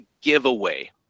giveaway